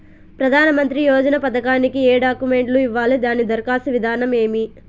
ప్రధానమంత్రి యోజన పథకానికి ఏ డాక్యుమెంట్లు ఇవ్వాలి దాని దరఖాస్తు విధానం ఏమి